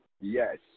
Yes